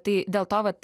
tai dėl to vat